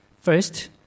First